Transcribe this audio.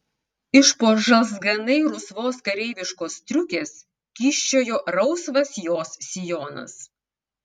iš po žalzganai rusvos kareiviškos striukės kyščiojo rausvas jos sijonas